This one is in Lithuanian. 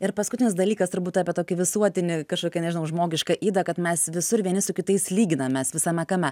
ir paskutinis dalykas turbūt apie tokį visuotinį kažkokią nežinau žmogišką ydą kad mes visur vieni su kitais lyginamės visame kame